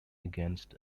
against